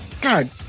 God